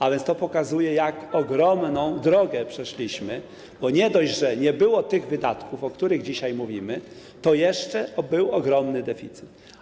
A więc to pokazuje, jak ogromną drogę przeszliśmy, bo nie dość, że nie było tych wydatków, o których dzisiaj mówimy, to jeszcze był ogromny deficyt.